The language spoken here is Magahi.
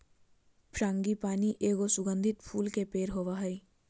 फ्रांगीपानी एगो सुगंधित फूल के पेड़ होबा हइ